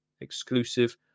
exclusive